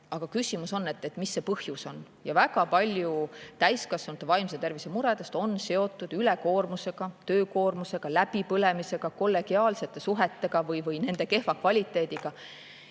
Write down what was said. aga küsimus on, et mis selle [mure] põhjus on. Väga palju täiskasvanute vaimse tervise muredest on seotud ülekoormusega, töökoormusega, läbipõlemisega, kollegiaalsete suhetega või nende kehva kvaliteediga.